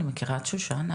אני מכירה את שושנה,